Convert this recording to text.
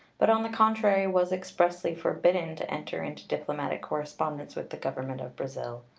but, on the contrary, was expressly forbidden to enter into diplomatic correspondence with the government of brazil.